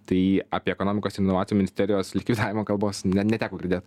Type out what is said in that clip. tai apie ekonomikos ir inovacijų ministerijos likvidavimą kalbos ne neteko girdėt